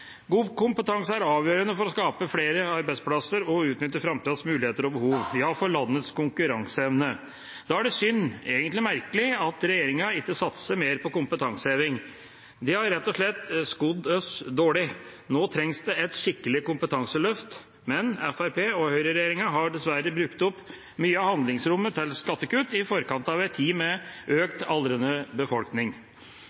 God kompetanse er avgjørende for å skape flere arbeidsplasser og utnytte framtidas muligheter og behov – ja, for landets konkurranseevne. Da er det synd – egentlig merkelig – at regjeringa ikke satser mer på kompetanseheving. De har rett og slett skodd oss dårlig. Nå trengs det et skikkelig kompetanseløft, men Fremskrittsparti–Høyre-regjeringa har dessverre brukt opp mye av handlingsrommet til skattekutt i forkant av en tid med